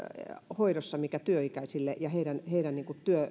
hoidossa mikä työikäisille heidän heidän